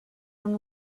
and